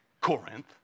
Corinth